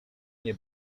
nie